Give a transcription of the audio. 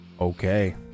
Okay